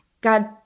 God